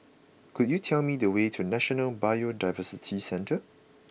could you tell me the way to National Biodiversity Centre